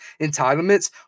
entitlements